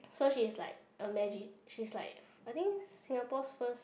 so she's like a magi~ she's like I think Singapore's first